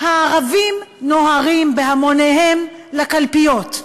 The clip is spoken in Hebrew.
"הערבים נוהרים בהמוניהם לקלפיות",